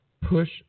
push